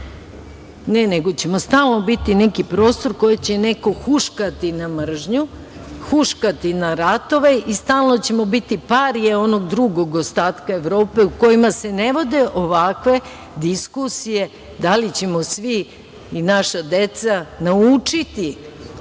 Ne, nego ćemo stalno biti neki prostor koji će neko huškati na mržnju, huškati na ratove i stalno ćemo biti parije onog drugog ostatka Evrope, u kojima se ne vode ovakve diskusije da li ćemo svi, i naša deca, naučiti